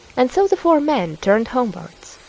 and so the four men turned homewards.